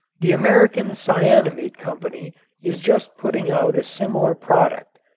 the american cyanamid company is just putting out a similar product,